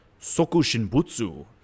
Sokushinbutsu